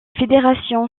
fédérations